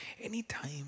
Anytime